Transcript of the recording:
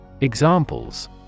Examples